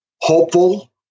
hopeful